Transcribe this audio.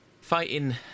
fighting